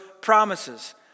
promises